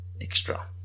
extra